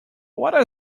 what